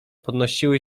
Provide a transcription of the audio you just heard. podnosiły